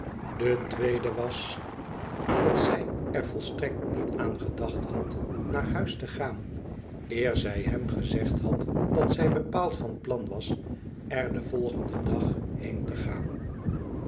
de tweede was dat zij er volstrekt niet aan gedacht had naar huis te gaan eer zij hem gezegd had dat zij bepaald van plan was er den volgenden dag heen te gaan